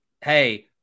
hey